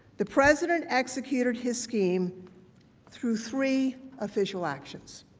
the president executed his scheme through three official actions.